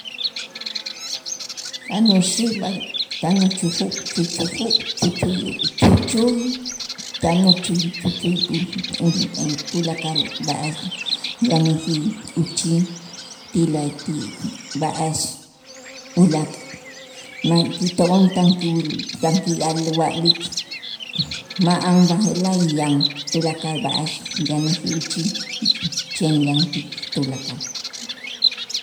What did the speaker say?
Tan uxi b'a tan inchufu chuchufu chuchuyu' chuchuy tan uchuy chuchuy tulakal b'a'ax yanäjij, uchij ti la'ayti' b'a'ax ulaak' ma' tito'on tan kiwil tan ki'al wa'lik ma'an b'aje'laj yan tulakal b'a'ax yanäjij uchij chen yan ti tulakal.